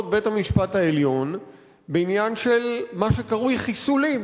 בית-המשפט העליון בעניין של מה שקרוי "חיסולים"